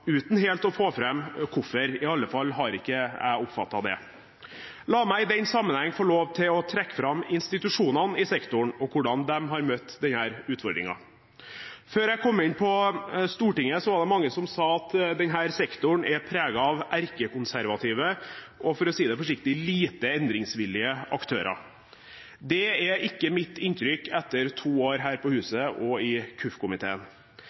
uten helt å få fram hvorfor, i alle fall har ikke jeg oppfattet det. La meg i den sammenheng få lov til å trekke fram institusjonene i sektoren og hvordan de har møtt denne utfordringen. Før jeg kom inn på Stortinget, var det mange som sa at denne sektoren er preget av erkekonservative og – for å si det forsiktig – lite endringsvillige aktører. Det er ikke mitt inntrykk etter to år her på huset og i